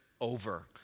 over